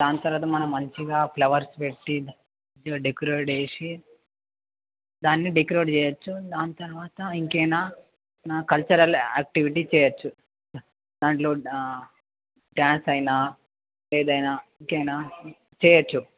దాని తర్వాత మనం మంచిగా ఫ్లవర్స్ పెట్టి డెకరేట్ చేసి దాన్ని డెకరేట్ చేయొచ్చు దాని తర్వాత ఇంకేనా కల్చరల్ యాక్టివిటీ చేయొచ్చు దాంట్లో న్న డ్యాన్స్ అయినా ఏదైనా ఇంకేనా చేయొచ్చు